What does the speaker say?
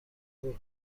چگونه